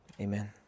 Amen